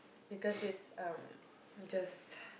because it's um just